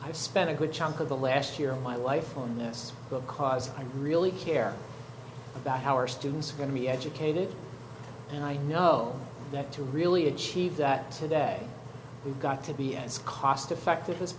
i've spent a good chunk of the last year my life on this because i really care about how our students are going to be educated and i know that to really achieve that today we've got to be as cost effective as